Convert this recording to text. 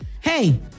hey